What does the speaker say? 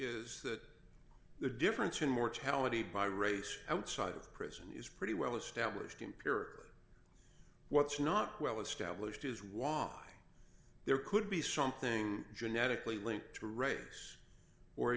is that the difference in mortality by race outside of prison is pretty well established in peer or what's not well established is why there could be something genetically linked to race or